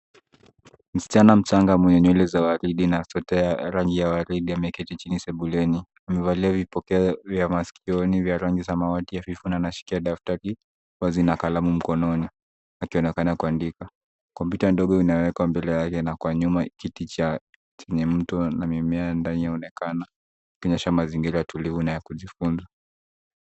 Msichana mchanga mwenye nywele za waridi na sweta ya rangi ya waridi ameketi chini sebuleni. Amevalia vipokea vya masikioni vya rangi ya samawati hafifu na ameshikilia daftari wazi na kalamu mkononi akionekana kuandika. Kompyuta ndogo imewekwa mbele yake na kwa nyuma kiti chenye mtu na mimea mimea ya ndani inaonekana ikionyesha mazingira tulivu na ya kujifunza.